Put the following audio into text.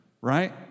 right